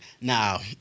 Now